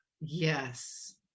Yes